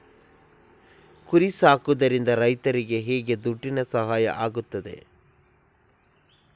ಕುರಿ ಸಾಕುವುದರಿಂದ ರೈತರಿಗೆ ಹೇಗೆ ದುಡ್ಡಿನ ಸಹಾಯ ಆಗ್ತದೆ?